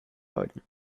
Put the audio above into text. läuten